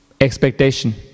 expectation